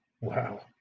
wow